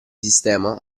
sistema